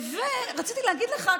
רציתי להגיד לך,